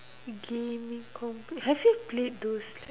give me comb have you played those like